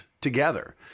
together